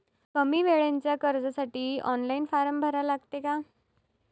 कमी वेळेच्या कर्जासाठी ऑनलाईन फारम भरा लागते का?